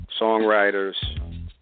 songwriters